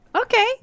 Okay